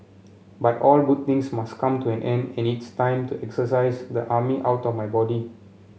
but all good things must come to an end and it's time to exorcise the army outta my body